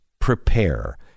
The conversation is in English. Prepare